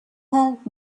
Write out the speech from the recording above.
help